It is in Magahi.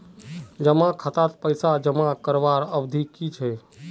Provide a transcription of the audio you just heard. जमा खातात पैसा जमा करवार अवधि की छे?